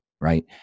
Right